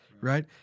right